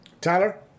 Tyler